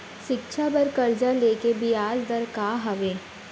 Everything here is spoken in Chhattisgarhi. शिक्षा बर कर्जा ले के बियाज दर का हवे?